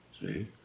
See